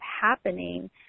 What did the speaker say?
happening